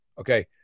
Okay